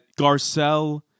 garcelle